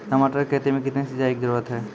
टमाटर की खेती मे कितने सिंचाई की जरूरत हैं?